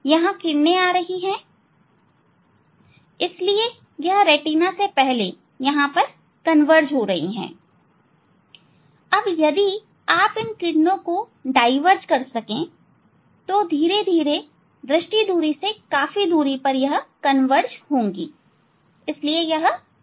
यह किरणें यहां आ रही है इसलिए यह रेटिना के पहले ही कन्वर्ज हो रही है यदि आप इन किरणों को डाईवर्ज कर सकेंतो धीरे धीरे यह दृष्टि दूरी से काफी दूरी पर कन्वर्ज होंगी तो इसलिए यह रेटिना पर होंगी